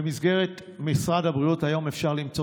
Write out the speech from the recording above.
במסגרת משרד הבריאות היום אפשר למצוא